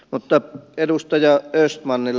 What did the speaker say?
mutta edustaja östmanille